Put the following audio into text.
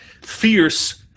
Fierce